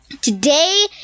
Today